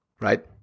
right